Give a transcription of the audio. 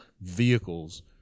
vehicles